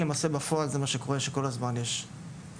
למעשה בפועל זה מה שקורה, שכל הזמן יש מדריך.